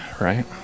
right